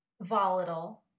Volatile